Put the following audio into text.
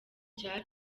cya